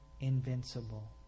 invincible